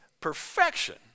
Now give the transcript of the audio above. perfection